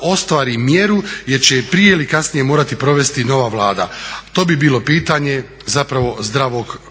ostvari mjeru jer će ili prije ili kasnije morati provesti nova vlada. To bi bilo pitanje zdravog razuma.